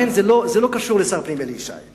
לכן, זה לא קשור לשר הפנים אלי ישי.